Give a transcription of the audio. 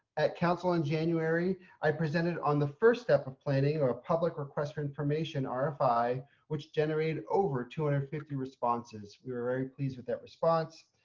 at council in january i presented on the first step of planning or public request for information, ah rfi, which generated over two hundred and and fifty responses we were very pleased with that response.